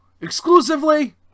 exclusively